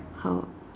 how